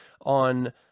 on